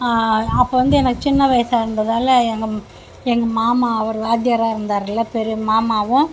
அப்போ வந்து எனக்கு சின்ன வயசாக இருந்ததாலே எங்கள் எங்கள் மாமா அவர் வாத்தியாராக இருந்தார்ல பெரிய மாமாவும்